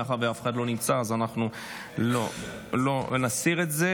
מאחר שאף אחד לא נמצא, אנחנו נסיר את זה.